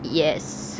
yes